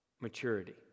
maturity